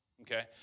okay